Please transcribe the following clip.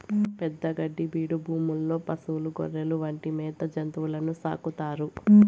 పెద్ద గడ్డి బీడు భూముల్లో పసులు, గొర్రెలు వంటి మేత జంతువులను సాకుతారు